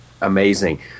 amazing